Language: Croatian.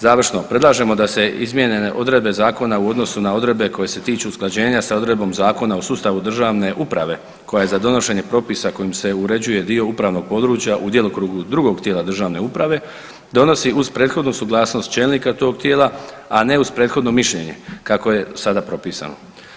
Završno, predlažemo da se izmijenjene odredbe zakona u odnosu na odredbe koje se tiču usklađenja sa odredbom Zakona o sustavu državne uprave koja je za donošenje propisa kojim se uređuje dio upravnog područja u djelokrugu drugog tijela državne uprave donosi uz prethodnu suglasnost čelnika tog tijela, a ne uz prethodno mišljenje kako je sada propisano.